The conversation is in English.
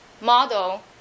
model